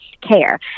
care